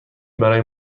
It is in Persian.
برای